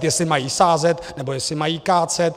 Jestli mají sázet, nebo jestli mají kácet.